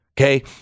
Okay